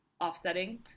offsetting